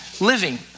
living